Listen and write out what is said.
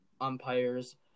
umpires